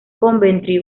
coventry